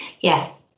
Yes